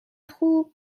خوب